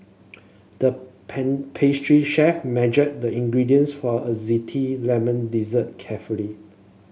the pen pastry chef measured the ingredients for a lemon dessert carefully